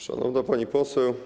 Szanowna Pani Poseł!